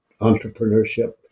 entrepreneurship